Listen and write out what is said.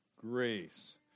grace